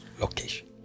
location